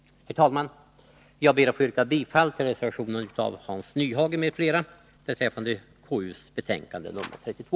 Herr talman! Jag ber att få yrka bifall till reservationen av Hans Nyhage m.fl. vid konstitutionsutskottets betänkande nr 32.